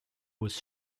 was